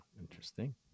interesting